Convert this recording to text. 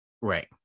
Right